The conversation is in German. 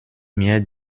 mir